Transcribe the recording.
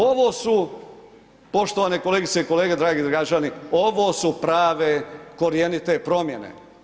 Ovo su poštovane kolegice i kolege, dragi građani, ovo su prave, korjenite promjene.